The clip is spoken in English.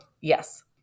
Yes